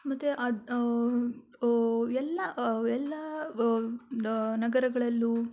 ಮತ್ತು ಅದು ಎಲ್ಲ ಎಲ್ಲ ನಗರಗಳಲ್ಲೂ